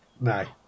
No